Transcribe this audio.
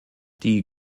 die